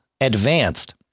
advanced